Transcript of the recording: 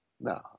No